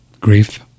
Grief